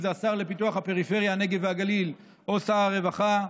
אם זה השר לפיתוח הפריפריה הנגב והגליל או שר הרווחה,